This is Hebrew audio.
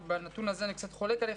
בנתון הזה אני קצת חולק עליך.